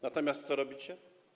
Natomiast co robicie?